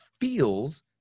feels